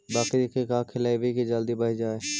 बकरी के का खिलैबै कि जल्दी बढ़ जाए?